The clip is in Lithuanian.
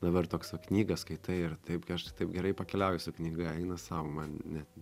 dabar toks o knygą skaitai ir taip aš taip gerai pakeliauju su knyga eina sau man net